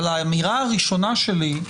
אבל, האמירה הראשונה שלי,